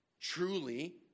truly